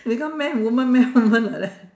become man woman man woman like that